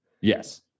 Yes